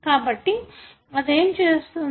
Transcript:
కాబట్టి అదేం చేస్తుంది